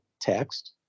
text